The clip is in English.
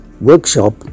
workshop